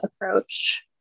approach